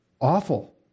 awful